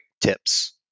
tips